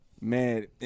Man